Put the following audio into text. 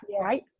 right